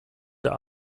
der